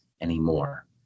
anymore